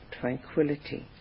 tranquility